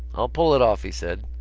i'll pull it off, he said.